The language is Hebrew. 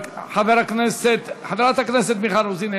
חברת הכנסת מיכל רוזין,